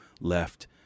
left